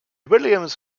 williams